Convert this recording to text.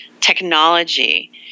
Technology